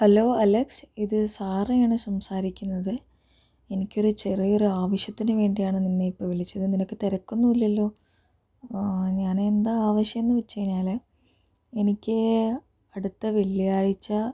hello Alex ഇത് സാറയാണ് സംസാരിക്കുന്നത് എനിക്കൊരു ചെറിയൊരു ആവശ്യത്തിനു വേണ്ടിയാണ് നിന്നെ ഇപ്പോൾ വിളിച്ചത് നിനക്ക് തിരക്കൊന്നും ഇല്ലല്ലോ ഞാനെന്താ ആവശ്യമെന്നു വെച്ച് കഴിഞ്ഞാല് എനിക്ക് അടുത്ത വെള്ളിയാഴ്ച